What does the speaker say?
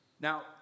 Now